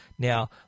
Now